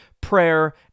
prayer